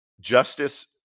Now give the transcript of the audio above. justice